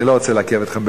אני לא רוצה לעכב אתכם,